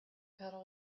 pedal